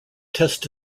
test